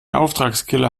auftragskiller